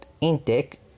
intake